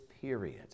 period